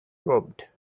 robbed